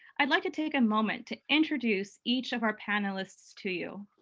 i'd like to take a moment to introduce each of our panelists to you,